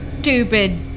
Stupid